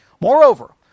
Moreover